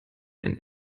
einen